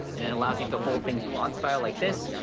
and it allows you to hold things vlog-style like this,